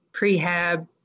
prehab